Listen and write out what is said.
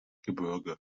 gebirge